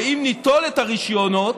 ואם ניטול את הרישיונות